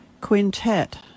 Quintet